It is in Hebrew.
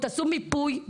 תעשו מיפוי,